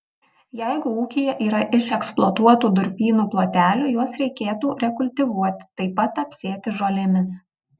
jeigu ūkyje yra išeksploatuotų durpynų plotelių juos reikėtų rekultivuoti taip pat apsėti žolėmis